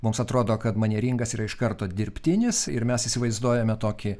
mums atrodo kad manieringas yra iš karto dirbtinis ir mes įsivaizduojame tokį